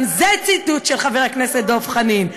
גם זה חבר ציטוט של חבר הכנסת דב חנין.